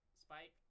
Spike